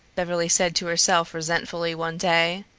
beverly said to herself resentfully one day.